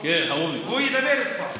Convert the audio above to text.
הוא ידבר איתך.